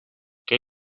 qué